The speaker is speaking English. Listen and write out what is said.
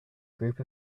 group